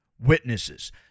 witnesses